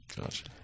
Gotcha